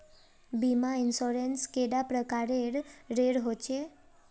बीमा इंश्योरेंस कैडा प्रकारेर रेर होचे